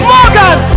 Morgan